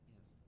Yes